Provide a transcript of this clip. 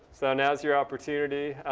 so now is your opportunity.